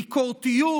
ביקורתיות,